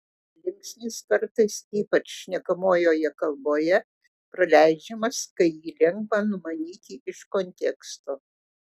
linksnis kartais ypač šnekamojoje kalboje praleidžiamas kai jį lengva numanyti iš konteksto